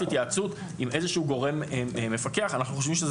התייעצות עם איזשהו גורם מפקח - אנחנו חושבים שזה